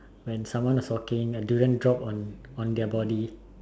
when someone is walking a durian drop on on their body